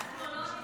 אנחנו לא נספרים.